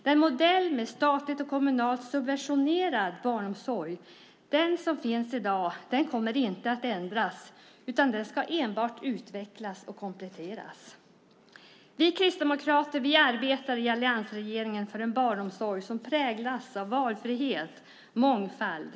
Den modell med statligt och kommunalt subventionerad barnomsorg som finns i dag kommer inte att ändras, utan den ska enbart utvecklas och kompletteras. Vi kristdemokrater arbetar i alliansregeringen för en barnomsorg som präglas av valfrihet och mångfald.